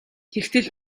тэгтэл